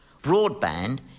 Broadband